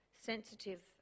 sensitive